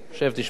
שב, תשמע קצת.